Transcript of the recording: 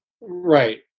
Right